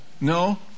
No